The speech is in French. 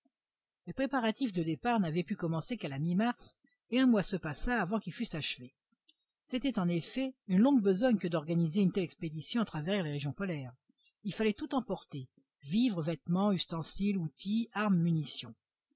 les préparatifs de départ n'avaient pu commencer qu'à la mi mars et un mois se passa avant qu'ils fussent achevés c'était en effet une longue besogne que d'organiser une telle expédition à travers les régions polaires il fallait tout emporter vivres vêtements ustensiles outils armes munitions